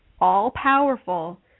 all-powerful